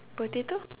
potato